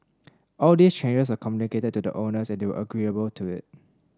all these changes are communicated to the owners and they were agreeable to it